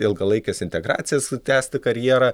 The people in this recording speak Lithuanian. ilgalaikes integracijas tęsti karjerą